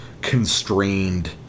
constrained